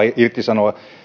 irtisanoa